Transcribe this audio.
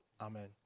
Amen